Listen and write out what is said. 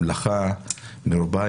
המלאכה מרובה,